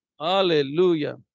Hallelujah